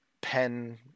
pen